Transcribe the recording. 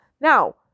Now